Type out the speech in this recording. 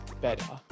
better